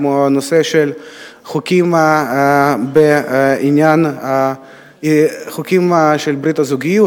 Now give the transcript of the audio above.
כמו הנושא של חוקים בעניין ברית הזוגיות,